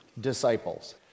disciples